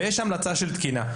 יש המלצה של תקינה,